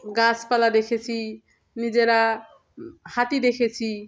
গাছপালা দেখেছি নিজেরা হাতি দেখেছি